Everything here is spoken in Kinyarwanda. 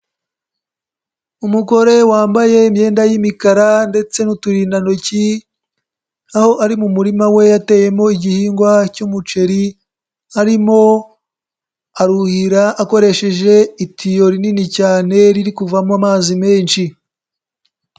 Umugore wambaye imyenda y'imikara ndetse n'uturindantoki, aho ari mu murima we yateyemo igihingwa cy'umuceri, arimo aruhira akoresheje itiyo rinini cyane riri kuvamo amazi menshi.